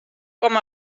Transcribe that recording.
com